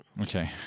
Okay